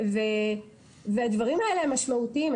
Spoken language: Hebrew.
והדברים האלה הם משמעותיים.